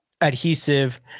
adhesive